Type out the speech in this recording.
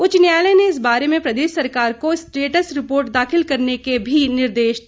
उच्च न्यायलय ने इस बारे में प्रदेश सरकार को स्टेट्स रिपोर्ट दाखिल करने के भी निर्देश दिए है